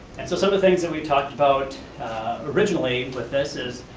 and so some of the things that we've talked about originally, with this is,